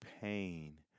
pain